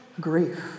grief